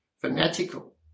fanatical